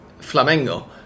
Flamengo